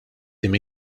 tim